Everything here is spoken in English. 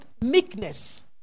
meekness